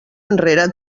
enrere